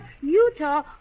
Utah